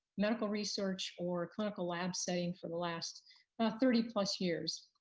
medical research or clinical lab setting for the last thirty plus years.